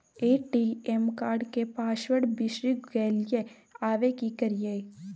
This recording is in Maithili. ए.टी.एम कार्ड के पासवर्ड बिसरि गेलियै आबय की करियै?